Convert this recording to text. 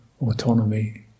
autonomy